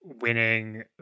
winning